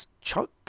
Chuck